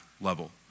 level